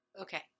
Okay